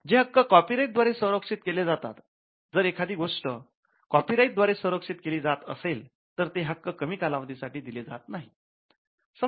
हे हक्क कॉपीराइट द्वारे संरक्षित केली जातात जर एखादी गोष्ट कॉपीराइट द्वारे संरक्षित केली जात असेल तर ते हक्क कमी कालावधी दिले जात नाहीत